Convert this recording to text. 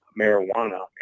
marijuana